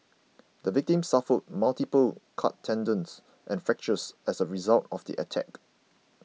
the victim suffered multiple cut tendons and fractures as a result of the attack